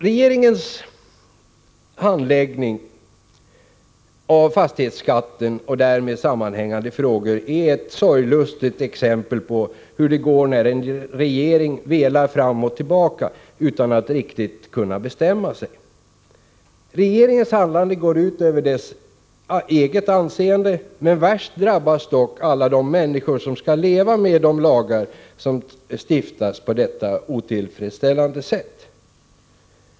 Regeringens handläggning av fastighetsskatten och därmed sammanhängande frågor är ett sorglustigt exempel på hur det går när en regering velar fram och tillbaka utan att riktigt kunna bestämma sig. Regeringens handlande går ut över dess eget anseende, men värst drabbas dock alla de människor som skall leva med de lagar som stiftas på detta otillfredsställande sätt.